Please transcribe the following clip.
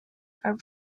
are